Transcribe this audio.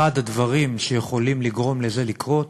אחד הדברים שיכולים לגרום לזה לקרות